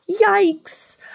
Yikes